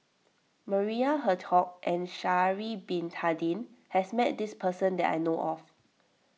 Maria Hertogh and Sha'ari Bin Tadin has met this person that I know of